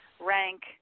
rank